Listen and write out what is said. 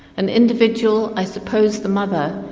an individual, i suppose the mother,